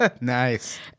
Nice